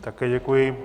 Také děkuji.